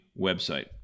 website